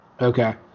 Okay